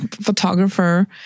photographer